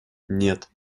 нет